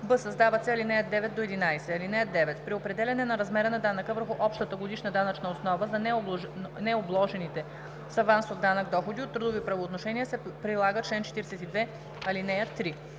б) създават се ал. 9 – 11: „(9) При определяне на размера на данъка върху общата годишна данъчна основа за необложените с авансов данък доходи от трудови правоотношения се прилага чл. 42, ал. 3.